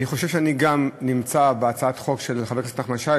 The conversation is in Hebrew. אני חושב שגם אני נמצא בהצעת החוק של חבר הכנסת נחמן שי,